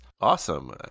awesome